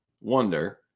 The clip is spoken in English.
wonder